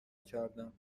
کردم